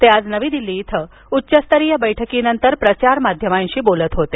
ते आज नवी दिल्ली इथं उच्चस्तरीय बैठकीनंतर प्रसारमाध्यमांशी बोलत होते